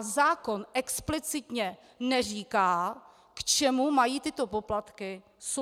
Zákon explicitně neříká, k čemu mají tyto poplatky sloužit.